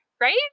Right